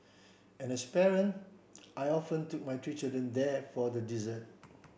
and as a parent I often took my three children there for the dessert